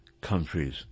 countries